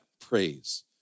praise